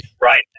Right